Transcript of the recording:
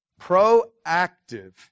Proactive